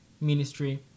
ministry